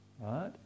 Right